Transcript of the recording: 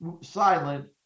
silent